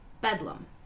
Bedlam